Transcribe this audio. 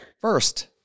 first